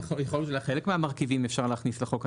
חלק מהמרכיבים אפשר להכניס לחוק,